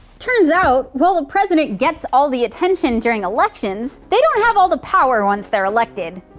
turns out while the president gets all the attention during elections they don't have all the power once they're elected.